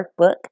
Workbook